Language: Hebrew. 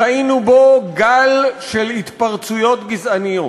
ראינו בו גל של התפרצויות גזעניות,